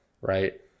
right